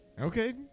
Okay